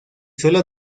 suelo